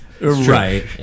Right